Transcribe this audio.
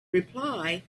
reply